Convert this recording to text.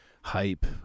hype